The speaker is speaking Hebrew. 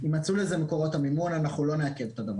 יימצאו לזה מקורות המימון, אנחנו לא נעכב את הדבר.